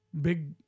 big